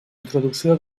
introducció